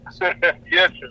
Yes